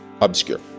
Obscure